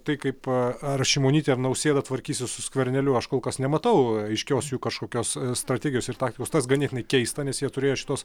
tai kaip a ar šimonytė ar nausėda tvarkysis su skverneliu aš kol kas nematau aiškios kažkokios strategijos ir taktikos tas ganėtinai keista nes jie turėjo šitos